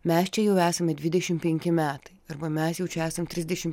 mes čia jau esame dvidešim penki metai arba mes jau čia esam trisdešim